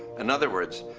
in other words,